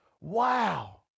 Wow